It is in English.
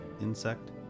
insect